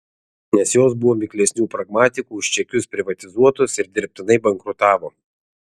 nes jos buvo miklesnių pragmatikų už čekius privatizuotos ir dirbtinai bankrutavo